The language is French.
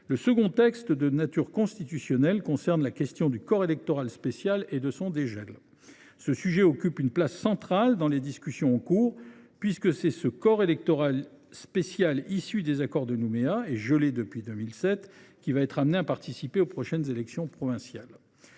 Le second texte, de nature constitutionnelle, concerne le corps électoral spécial et son dégel. Ce sujet occupe une place centrale dans les discussions en cours, puisque c’est ce corps électoral spécial, issu de l’accord de Nouméa et gelé depuis 2007, qui sera amené à participer aux prochaines élections provinciales.